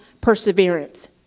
perseverance